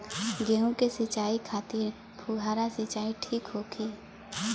गेहूँ के सिंचाई खातिर फुहारा सिंचाई ठीक होखि?